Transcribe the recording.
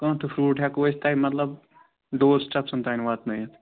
کانٛہہ تہٕ فرٛوٗٹ ہٮ۪کو أسۍ تۄہہِ مطلب ڈور سِٹٮ۪پسَن تام واتنٲیِتھ